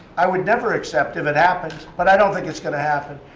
i would never accept if it happened. but i don't think it's going to happen.